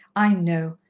i know.